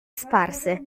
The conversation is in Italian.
sparse